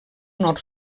nord